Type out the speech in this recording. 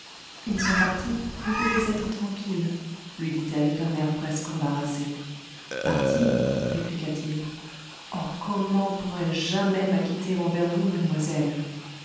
ils sont partis vous pouvez être tranquille lui dit-elle d'un air presque embarrassé partis répliqua-t-il oh comment pourrai-je jamais m'acquitter envers vous mademoiselle